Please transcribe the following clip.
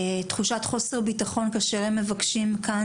תחושת חוסר בטחון כאשר הם מבקשים כאן